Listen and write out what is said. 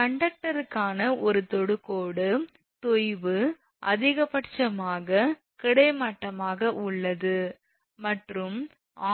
கண்டக்டருக்கான ஒரு தொடுகோடு தொய்வு அதிகபட்சமாக கிடைமட்டமாக உள்ளது மற்றும்